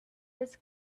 his